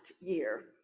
year